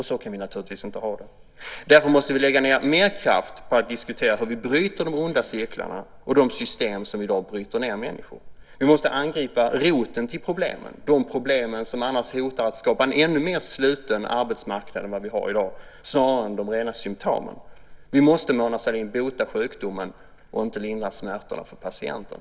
Så kan vi naturligtvis inte ha det. Därför måste vi lägga ned mer kraft på att diskutera hur vi bryter de onda cirklarna och de system som i dag bryter ned människor. Vi måste angripa roten till problemen, de problem som annars hotar att skapa en ännu mer sluten arbetsmarknad än vad vi har i dag, snarare än de rena symtomen. Vi måste, Mona Sahlin, bota sjukdomen och inte bara lindra smärtorna för patienten.